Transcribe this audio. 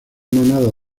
manada